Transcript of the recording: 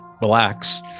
relax